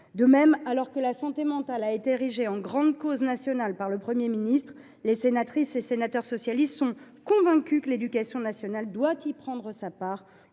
De même, alors que la santé mentale a été érigée en grande cause nationale par le Premier ministre, les sénatrices et sénateurs socialistes estiment que l’éducation nationale doit prendre sa part